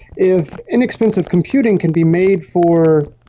if inexpensive computing can be made for